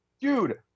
dude